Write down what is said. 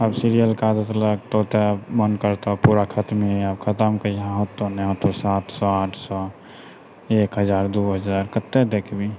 अब सिरियलके आदति लागतो तऽ मन करतौ पूरा खतम एक हजार दू हजार कते देखबीही